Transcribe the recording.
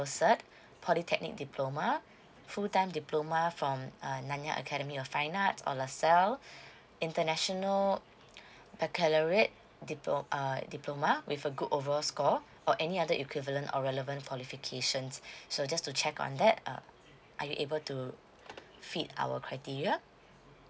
cert polytechnic diploma full time diploma from uh nanyang academy of fine arts or lasselle international baccalaureate diplo err diploma with a good overall score or any other equivalent or relevant qualifications so just to check on that uh are you able to fit our criteria